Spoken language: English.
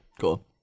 cool